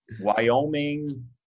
wyoming